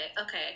Okay